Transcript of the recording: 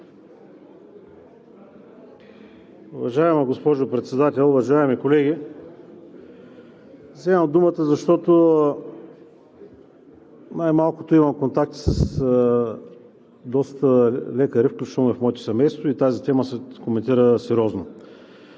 Уважаема госпожо Председател, уважаеми колеги! Вземам думата, защото най-малкото имам контакти с доста лекари, включително и в моето семейство и тази тема се коментира сериозно.